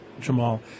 Jamal